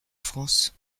france